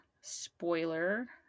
spoiler